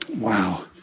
Wow